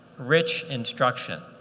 rich instruction.